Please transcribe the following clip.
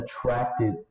attracted